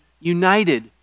united